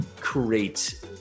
create